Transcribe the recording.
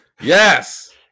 yes